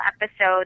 episode